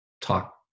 talk